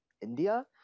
India